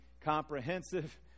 comprehensive